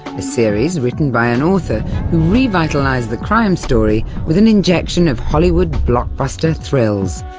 a series written by an author who revitalised the crime story with an injection of hollywood blockbuster thrills,